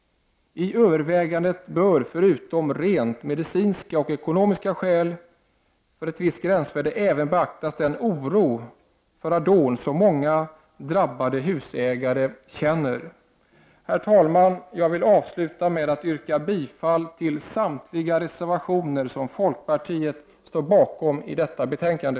I övervägandet bör förutom rent medicinska och ekonomiska skäl för ett visst gränsvärde även beaktas den oro för radon som många drabbade husägare känner. Herr talman! Jag vill avsluta med att yrka bifall till samtliga reservationer som folkpartiet står bakom till detta betänkande.